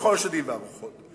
לכל השדים והרוחות?